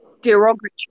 derogatory